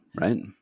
right